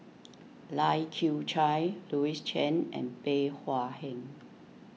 Lai Kew Chai Louis Chen and Bey Hua Heng